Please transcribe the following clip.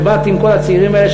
כשבאת עם כל הצעירים האלה,